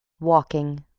walking,